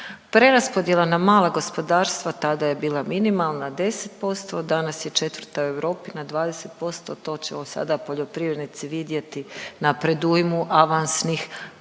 Preraspodjela na mala gospodarstva tada je bila minimalna 10%, danas je 4. u Europi na 20% to će sada poljoprivrednici vidjeti na predujmu avansnih